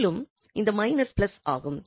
மேலும் இந்த minus plus ஆகும்